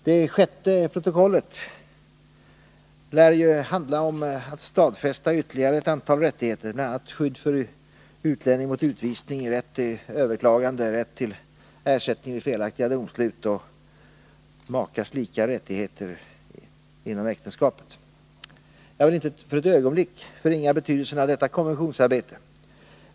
Det sjätte protokollet lär ju handla om att stadfästa ytterligare ett antal rättigheter, bl.a. skydd för utlänning mot utvisning, rätt till överklagande, rätt till ersättning vid felaktiga domslut och makars lika rättigheter inom äktenskapet. Jag vill inte för ett ögonblick förringa betydelsen av detta konventionsarbete.